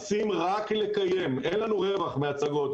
אין לנו רווח מההצגות.